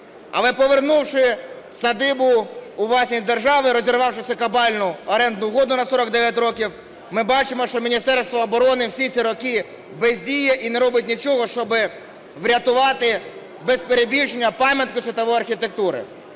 Але повернувши садибу у власність держави, розірвавши цю кабальну орендну угоду на 49 років, ми бачимо, що Міністерство оборони всі ці роки бездіє і не робить нічого, щоб врятувати без перебільшення пам'ятку світової архітектури.